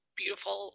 beautiful